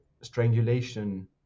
strangulation